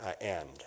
end